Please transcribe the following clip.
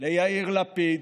ליאיר לפיד,